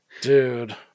dude